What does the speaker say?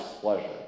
pleasure